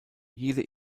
jede